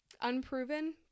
unproven